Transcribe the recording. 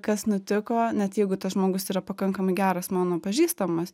kas nutiko net jeigu tas žmogus yra pakankamai geras mano pažįstamas